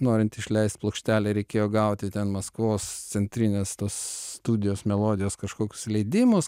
norint išleist plokštelę reikėjo gauti ten maskvos centrinės tos studijos melodijos kažkokius leidimus